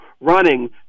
running